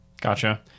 gotcha